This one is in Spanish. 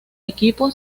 equipo